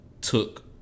took